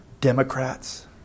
democrats